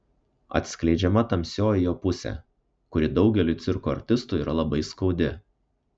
atskleidžiama tamsioji jo pusė kuri daugeliui cirko artistų yra labai skaudi